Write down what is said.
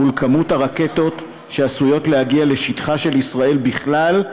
כמות הרקטות שעשויות להגיע לשטחה של ישראל בכלל,